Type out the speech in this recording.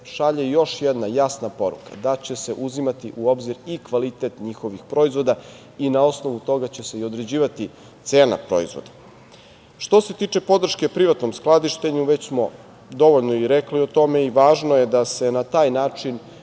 šalje još jedna jasna poruka da će se uzimati u obzir i kvalitet njihovih proizvoda i na osnovu toga će se određivati cena proizvoda. Što se tiče podrške privatnom skladištenju već smo dovoljno i rekli o tome i važno je da se na taj način